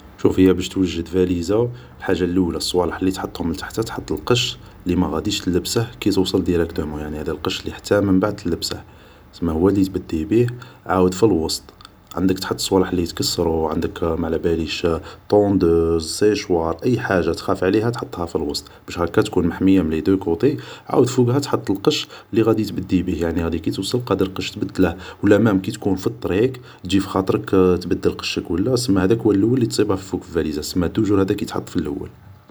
شوف هي باش توجد فاليز ، حاج اللول ، الصوالح اللي تحطهم لتحتى تحط القش اللي ماغاديش تلبسه كي توصل ديراكتومون ، يعني هدا القش اللي حتى من بعد تلبسه سما هو اللي تبدي بيه ، عاود في الوسط عندك تحط صوالح اللي يتكسرو ، عندك ماعلاباليش طوندوز سيشوار ، اي حاج تخاف عليها تحطها في الوسط ، باش هاكا تكون محمي من لي دو كوطي ، عاود فوقها تحط القش اللي غادي تبدي بيه ، يعني غادي كي توصل قادر القش تبدله ولا مام كي تكون في الطريق تجي فخاطرك تبدل قشك ولا سما هداك هو اللول اللي تصيبه فوق في الفاليز ، سما توجور هداك يتحط في اللول